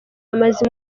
bamaze